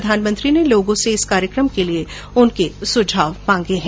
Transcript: प्रधानमंत्री ने लोगों से इस कार्यक्रम के लिए उनके सुझाव मांगे है